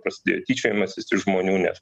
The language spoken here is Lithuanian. prasidėjo tyčiojimasis iš žmonių nes